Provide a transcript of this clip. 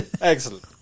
excellent